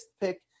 pick